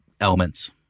elements